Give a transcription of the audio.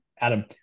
Adam